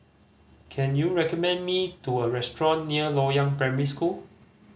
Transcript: can you recommend me to a restaurant near Loyang Primary School